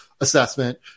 assessment